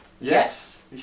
Yes